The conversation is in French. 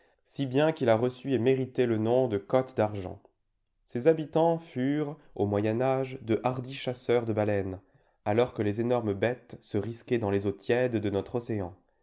si bien qu'il a reçu et mérité le nom de côte d'argent ses habitants furent au moyen âge de hardis chasseurs de baleines alors que les énormes bêtes se risquaient dans les eaux tièdes de notre océan